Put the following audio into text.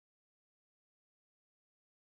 faggot person I've ever seen my life